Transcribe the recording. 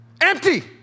empty